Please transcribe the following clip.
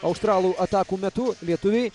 australų atakų metu lietuviai